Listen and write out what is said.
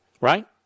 right